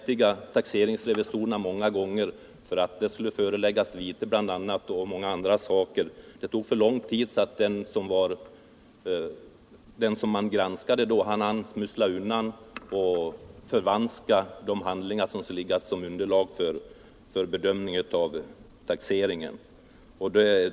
Taxeringsrevisorerna var många gånger vanmäktiga: den som det gällde skulle föreläggas vite, och det var också mycket annat som skulle göras. Det tog alltså för lång tid, så att den som man granskade hann smussla undan och förvanska de handlingar som skulle ligga som underlag för bedömning av taxeringen.